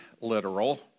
literal